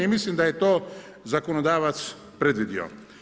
I mislim da je to zakonodavac predvidio.